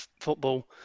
football